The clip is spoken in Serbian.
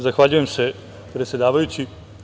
Zahvaljujem se, predsedavajući.